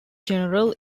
general